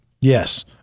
Yes